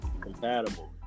compatible